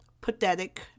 pathetic